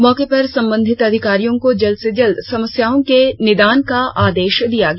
मौके पर संबंधित अधिकारियों को जल्द से जल्द समस्याओं के निदान का आदेश दिया गया